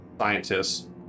scientists